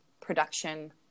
production